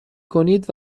کنید